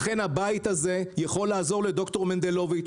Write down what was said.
לכן הבית הזה יכול לעזור לד"ר מנדלוביץ